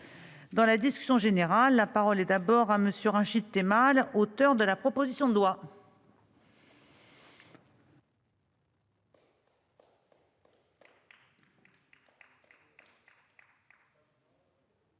Dans la discussion générale, la parole est à M. Rachid Temal, auteur de la proposition de loi.